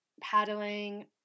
paddling